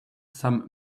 some